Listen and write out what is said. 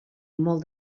molt